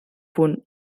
punt